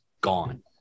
gone